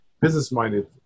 business-minded